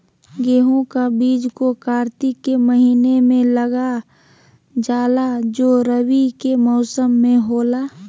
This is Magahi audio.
गेहूं का बीज को कार्तिक के महीना में लगा जाला जो रवि के मौसम में होला